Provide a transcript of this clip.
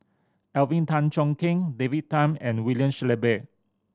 Alvin Tan Cheong Kheng David Tham and William Shellabear